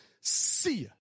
See